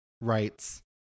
rights